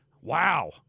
Wow